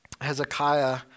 Hezekiah